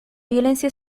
violencia